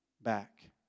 back